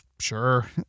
Sure